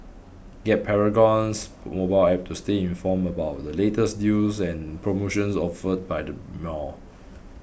get Paragon's mobile app to stay informed about the latest deals and promotions offered by the mall